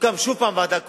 שתוקם שוב ועדה קרואה,